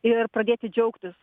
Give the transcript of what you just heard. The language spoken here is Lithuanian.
ir pradėti džiaugtis